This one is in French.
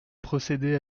procéder